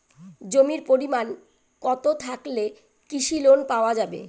জমির পরিমাণ কতো থাকলে কৃষি লোন পাওয়া যাবে?